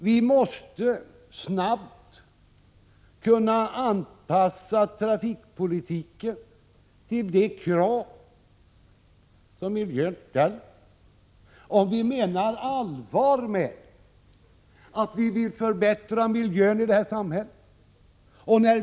Vi måste snabbt kunna anpassa trafikpolitiken till de krav som miljön ställer, om vi menar allvar med talet om att vi vill förbättra miljön i detta 175 samhälle.